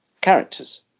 characters